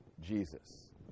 Jesus